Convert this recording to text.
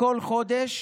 בכל חודש